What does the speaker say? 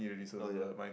oh ya